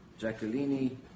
Jacqueline